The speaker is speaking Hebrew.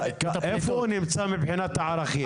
איפה הוא נמצא מבחינת הערכים?